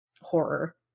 horror